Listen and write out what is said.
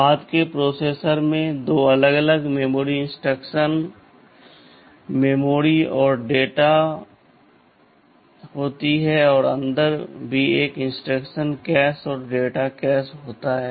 बाद के प्रोसेसर में 2 अलग अलग मेमोरी इंस्ट्रक्शन मेमोरी और डेटा मेमोरी होती है और अंदर भी एक इंस्ट्रक्शन कैश और एक डेटा कैश होता है